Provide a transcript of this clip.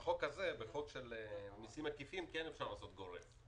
צריך לזכור שכא(א) ולב2(א) זה לטובת הנישום.